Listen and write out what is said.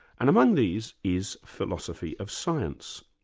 and among these, is philosophy of science.